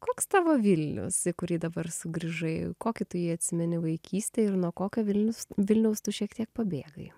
koks tavo vilnius į kurį dabar sugrįžai kokį tu jį atsimeni vaikystėj ir nuo kokio vilnius vilniaus tu šiek tiek pabėgai